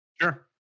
Sure